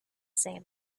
same